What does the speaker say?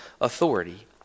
authority